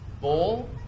bowl